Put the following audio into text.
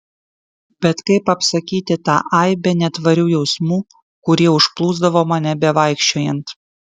bet kaip apsakyti tą aibę netvarių jausmų kurie užplūsdavo mane bevaikščiojant